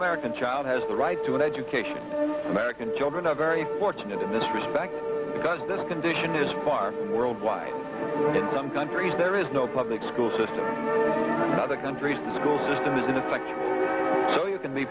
american child has the right to education american children are very fortunate in this respect because this condition is far worldwide and in some countries there is no public school system other countries school system is in effect